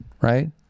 Right